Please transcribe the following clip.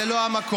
זה לא המקום.